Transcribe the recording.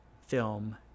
film